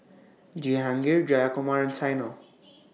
Jehangirr Jayakumar and Saina